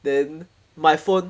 then my phone